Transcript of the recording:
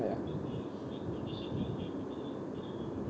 uh ya